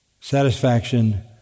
satisfaction